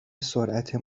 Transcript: سرعت